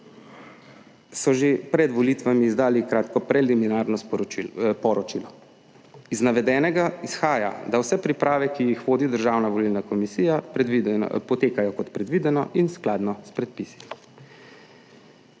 so že pred volitvami izdali kratko preliminarno poročilo. Iz navedenega izhaja, da vse priprave, ki jih vodi Državna volilna komisija, predvideno potekajo kot predvideno in skladno s predpisi.